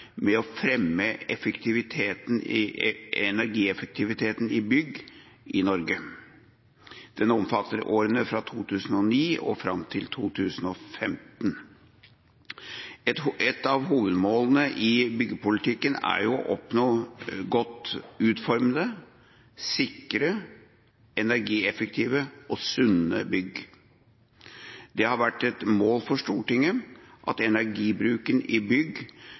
med å fremme energieffektiviteten i bygg i Norge. Den omfatter årene fra 2009 og fram til 2015. Et av hovedmålene i bygningspolitikken er å oppnå godt utformede, sikre, energieffektive og sunne bygg. Det har vært et mål for Stortinget at energibruken i bygg